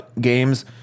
games